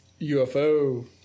UFO